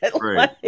Right